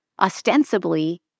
ostensibly